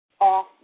off